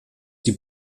die